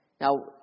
Now